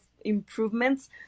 improvements